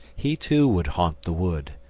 he too would haunt the wood,